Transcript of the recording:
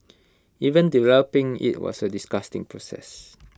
even developing IT was A disgusting process